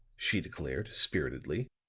she declared, spiritedly.